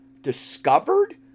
discovered